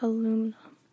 Aluminum